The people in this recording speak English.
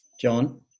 John